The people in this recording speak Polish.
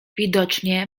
widocznie